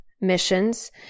missions